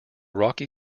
rocky